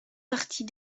partie